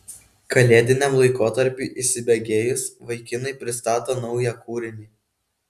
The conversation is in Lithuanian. kalėdiniam laikotarpiui įsibėgėjus vaikinai pristato naują kūrinį